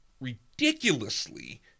Ridiculously